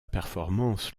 performance